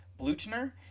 Blutner